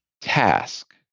task